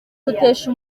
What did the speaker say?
rutesha